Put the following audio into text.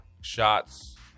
shots